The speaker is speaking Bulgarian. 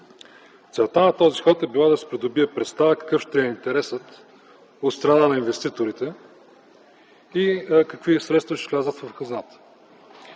Целта на този ход е била да се придобие представа какъв ще е интересът от страна на инвеститорите и какви средства ще влязат в хазната.